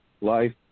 life